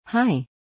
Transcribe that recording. Hi